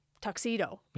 tuxedo